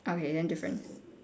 okay then different